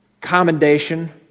commendation